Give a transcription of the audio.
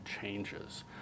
changes